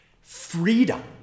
Freedom